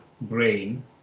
brain